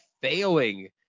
failing